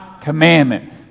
commandment